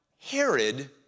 Herod